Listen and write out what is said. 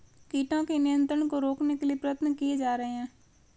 कीटों के नियंत्रण को रोकने के लिए प्रयत्न किये जा रहे हैं